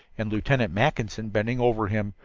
and lieutenant mackinson bending over him,